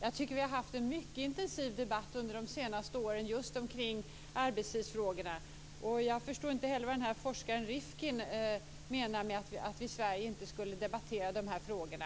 Jag tycker att vi har haft en mycket intensiv debatt under de senaste åren just omkring arbetstidsfrågor. Jag förstår inte heller vad forskaren Rifkin menar med att vi i Sverige inte skulle debattera dessa frågor.